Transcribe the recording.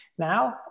Now